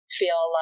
feel